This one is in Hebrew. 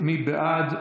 מי בעד?